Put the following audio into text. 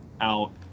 out